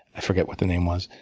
i forget what the name was.